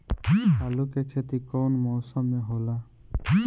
आलू के खेती कउन मौसम में होला?